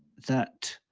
that